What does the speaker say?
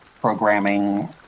programming